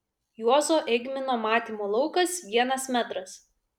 juozo eigmino matymo laukas vienas metras